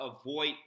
avoid